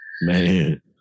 Man